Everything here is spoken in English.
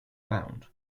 bound